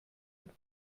mit